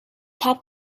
pop